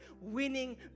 winning